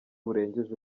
burengeje